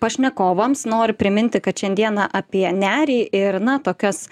pašnekovams noriu priminti kad šiandieną apie nerį ir na tokias